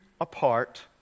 apart